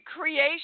creation